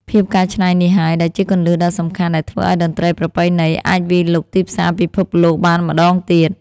ភាពកែច្នៃនេះហើយ ដែលជាគន្លឹះដ៏សំខាន់ដែលធ្វើឱ្យតន្ត្រីប្រពៃណីអាចវាយលុកទីផ្សារពិភពលោកបានម្តងទៀត។